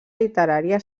literària